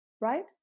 right